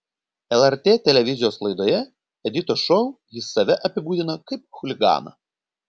lrt televizijos laidoje editos šou jis save apibūdina kaip chuliganą